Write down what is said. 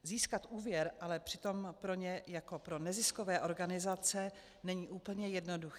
Získat úvěr ale přitom pro ně jako pro neziskové organizace není úplně jednoduché.